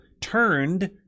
turned